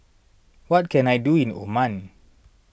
what can I do in Oman